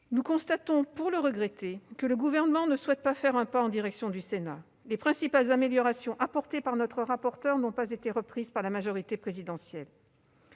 Nous constatons, pour le regretter, que le Gouvernement ne souhaite pas faire un pas en direction du Sénat. Les principales améliorations apportées par notre rapporteur n'ont pas été reprises par la majorité présidentielle.